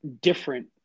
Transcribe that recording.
different